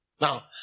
now